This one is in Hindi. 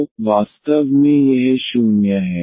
तो वास्तव में यह 0 है